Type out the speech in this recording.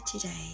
today